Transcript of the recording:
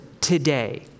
today